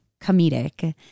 comedic